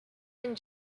and